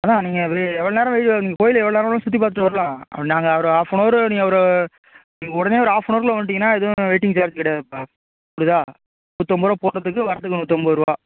அதான் நீங்கள் அது எவ்வளோ நேரம் வெ நீங்கள் கோயிலை எவ்வளோ நேரம் வேணாலும் சுற்றிப் பார்த்துட்டு வரலாம் நாங்கள் ஒரு ஆஃப் அன் அவரு நீங்கள் ஒரு நீங்கள் உடனே ஒரு ஆஃப் அன் அவர் குள்ளே வந்துட்டீங்கன்னா எதுவும் வெயிட்டிங் சார்ஜ் கிடையாதுப்பா புரியுதா நூத்தம்பது ரூபா போகிறதுக்கு வரதுக்கு நூத்தம்பது ரூபா